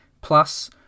plus